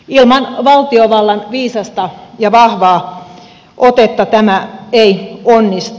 ilman valtiovallan viisasta ja vahvaa otetta tämä ei onnistu